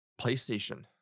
playstation